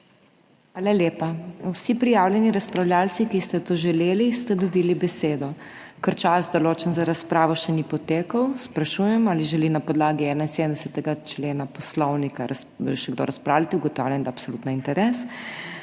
Hvala lepa. Vsi prijavljeni razpravljavci, ki ste to želeli, ste dobili besedo. Ker čas, določen za razpravo še ni potekel, sprašujem, ali želi na podlagi 71. člena Poslovnika še kdo razpravljati? Ugotavljam, da je absolutno interes.